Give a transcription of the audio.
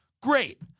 Great